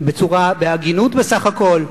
בהגינות בסך הכול.